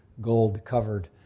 gold-covered